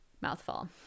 mouthful